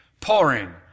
pouring